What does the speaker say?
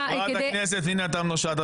בבקשה, חברת הכנסת פנינה תמנו שטה.